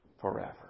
forever